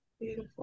Beautiful